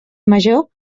major